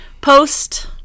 post